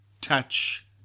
touch